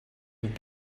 have